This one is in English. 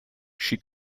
she